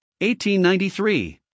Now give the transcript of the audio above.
1893